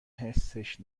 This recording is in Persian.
حسش